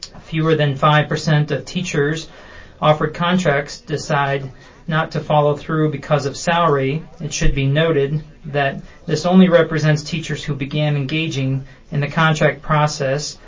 fewer than five percent of teachers offered contracts decide not to follow through because of salary, it should be noted that this only represents teachers who began engaging in the contract process.